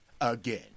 again